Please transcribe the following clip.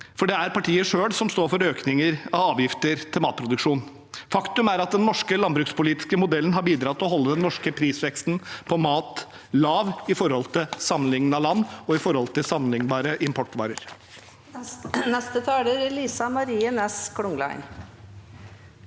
for det er partiet selv som står for økninger av avgifter til matproduksjon. Faktum er at den norske landbrukspolitiske modellen har bi dratt til å holde den norske prisveksten på mat lav i forhold til sammenlignede land og i forhold til sammenlignbare importvarer.